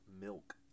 milk